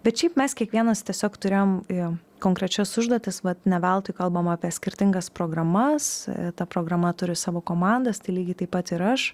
bet šiaip mes kiekvienas tiesiog turėjom jo konkrečias užduotis vat ne veltui kalbam apie skirtingas programas ta programa turi savo komandas tai lygiai taip pat ir aš